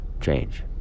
change